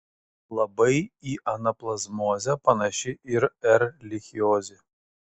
labai į anaplazmozę panaši ir erlichiozė